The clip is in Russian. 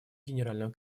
генерального